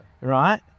right